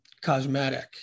cosmetic